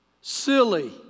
silly